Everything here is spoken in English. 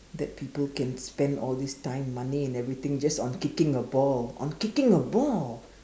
that people can spend all this time money and everything just on kicking a ball on kicking a ball